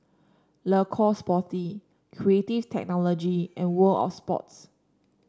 Le Coq Sportif Creative Technology and World Of Sports